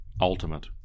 ultimate